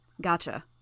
Gotcha